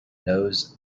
knows